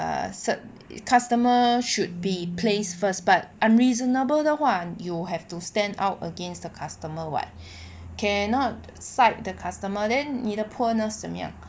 cert customer should be placed first but unreasonable 的话 you have to stand up against the customer [what] cannot side the customer then 你的 poor nurse 怎么样